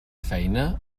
feina